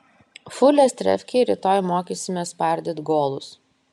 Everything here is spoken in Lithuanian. fulės trefkėj rytoj mokysimės spardyt golus